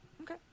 Okay